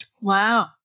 Wow